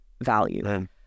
value